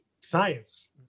science